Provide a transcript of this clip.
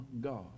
God